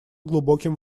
глубоким